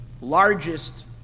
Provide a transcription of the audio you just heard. largest